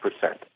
percent